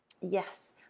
Yes